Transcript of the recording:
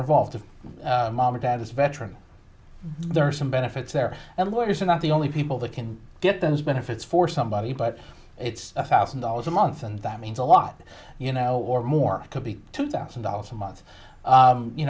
are involved if mom or dad is a veteran there are some benefits there and lawyers are not the only people that can get those benefits for somebody but it's one thousand dollars a month and that means a lot you know or more could be two thousand dollars a